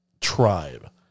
tribe